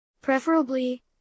Preferably